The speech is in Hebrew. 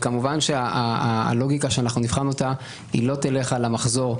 כמובן שהלוגיקה שנבחן לא תלך על המחזור.